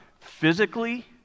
physically